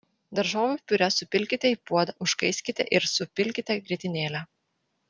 daržovių piurė supilkite į puodą užkaiskite ir supilkite grietinėlę